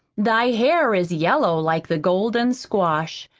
thy hair is yellow like the golden squash.